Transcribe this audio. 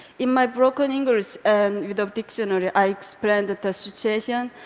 in my broken english and with a dictionary, i explained the situation,